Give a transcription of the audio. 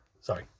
Sorry